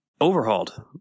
overhauled